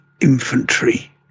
infantry